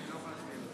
אני לא יכול להצביע.